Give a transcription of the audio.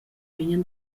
vegnan